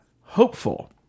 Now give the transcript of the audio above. hopeful